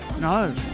No